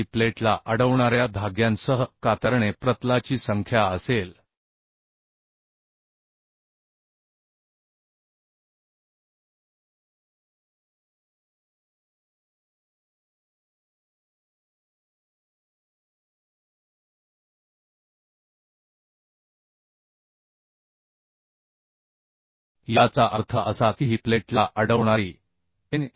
ही प्लेटला अडवणाऱ्या धाग्यांसह कातरणे प्रतलाची संख्या असेल याचा अर्थ असा की ही प्लेटला अडवणारी एन